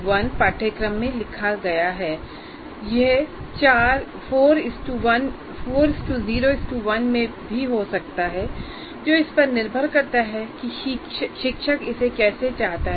यह ३०१ पाठ्यक्रम के लिए लिखा गया है यह ४०१ भी हो सकता है जो इस पर निर्भर करता है कि शिक्षक इसे कैसे चाहता है